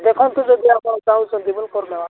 ଦେଖନ୍ତୁ ଯଦି ଆପଣ ଚାହୁଁଛନ୍ତି ବୋଲି କରିଦେବା